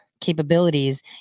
capabilities